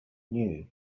knew